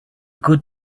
good